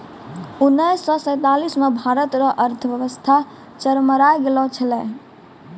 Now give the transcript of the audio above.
उनैस से सैंतालीस मे भारत रो अर्थव्यवस्था चरमरै गेलो छेलै